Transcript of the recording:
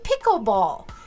pickleball